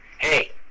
Hey